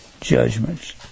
Judgments